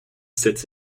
sits